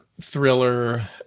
thriller